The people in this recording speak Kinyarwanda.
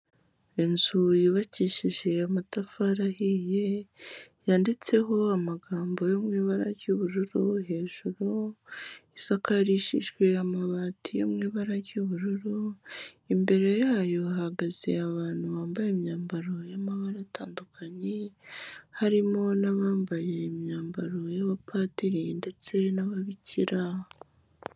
inzu yubakishije amatafari ahiye yanditseho amagambo yo mw'ibara ry'ubururu hejuru isakarishijwe amabati yo mw'ibara ry'ubururu, imbere yayo hagaze abantu bambaye imyambaro y'amabara atandukanye harimo n'abambaye imyambaro y'abapadiri ndetse n'ababikira.